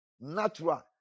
natural